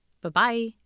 Bye-bye